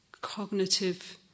cognitive